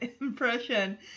impression